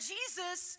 Jesus